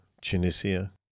Tunisia